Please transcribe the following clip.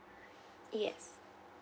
yes